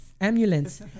ambulance